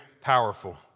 powerful